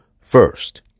first